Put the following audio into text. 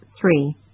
Three